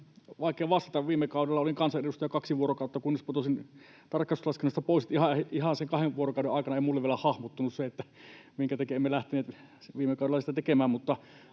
vaikea vastata. Viime kaudella olin kansanedustajana kaksi vuorokautta, kunnes putosin tarkastuslaskennassa pois, niin että ihan sen kahden vuorokauden aikana ei minulle vielä hahmottunut se, minkä takia emme lähteneet viime kaudella sitä tekemään.